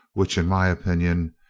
which, in my opinion,